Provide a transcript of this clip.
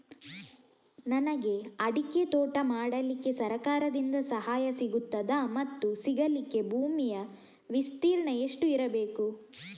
ನನಗೆ ಅಡಿಕೆ ತೋಟ ಮಾಡಲಿಕ್ಕೆ ಸರಕಾರದಿಂದ ಸಹಾಯ ಸಿಗುತ್ತದಾ ಮತ್ತು ಸಿಗಲಿಕ್ಕೆ ಭೂಮಿಯ ವಿಸ್ತೀರ್ಣ ಎಷ್ಟು ಇರಬೇಕು?